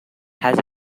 has